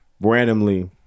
randomly